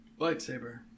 lightsaber